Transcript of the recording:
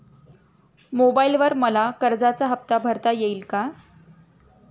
मोबाइलवर मला कर्जाचा हफ्ता भरता येईल का?